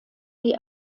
die